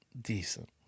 Decent